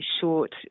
short